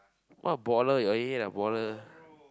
what a baller your head lah baller